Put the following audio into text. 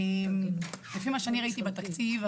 לפי מה שראיתי בתקציב,